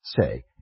say